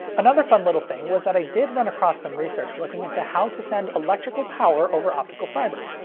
another fun little thing was that i did run across some research looking into how to send electrical power over optical fiber.